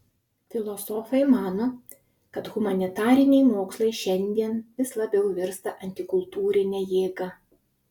filosofai mano kad humanitariniai mokslai šiandien vis labiau virsta antikultūrine jėga